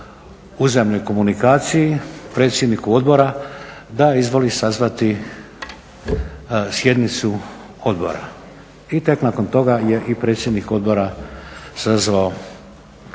uzajamnoj komunikaciji predsjedniku odbora da izvoli sazvati sjednicu odbora. I tek nakon toga je i predsjednik odbora sazvao